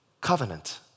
covenant